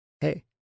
hey